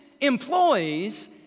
employees